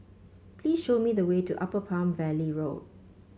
please show me the way to Upper Palm Valley Road